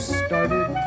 started